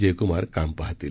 जयुकुमार काम पाहतील